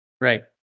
Right